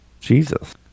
Jesus